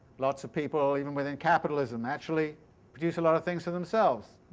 lots of people, even within capitalism, actually produce a lot of things for themselves.